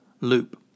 loop